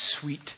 sweet